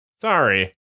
sorry